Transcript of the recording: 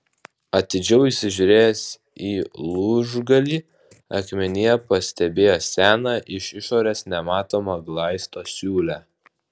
atidžiau įsižiūrėjęs į lūžgalį akmenyje pastebėjo seną iš išorės nematomą glaisto siūlę